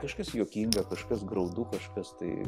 kažkas juokinga kažkas graudu kažkas tai